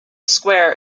square